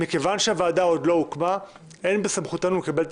מכיוון שהוועדה עוד לא הוקמה אין בסמכותנו לקבל את